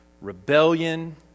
rebellion